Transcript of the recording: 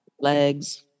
legs